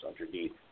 underneath